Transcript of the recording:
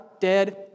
dead